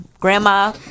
Grandma